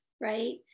right